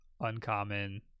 Uncommon